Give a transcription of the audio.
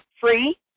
free